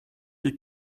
que